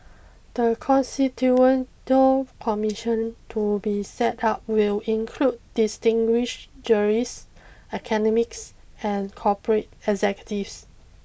the Commission to be set up will include distinguished jurists academics and corporate executives